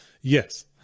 Yes